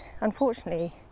unfortunately